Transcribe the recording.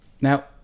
Now